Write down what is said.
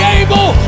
able